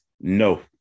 no